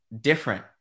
different